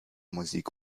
musik